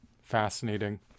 fascinating